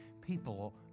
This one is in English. people